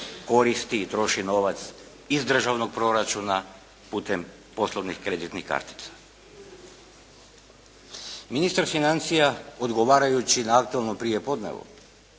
koristi i troši novac iz državnog proračuna putem poslovnih kreditnih kartica. Ministar financija odgovarajući na aktualnom prijepodnevu,